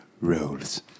roles